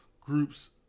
groups